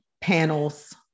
panels